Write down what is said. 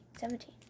seventeen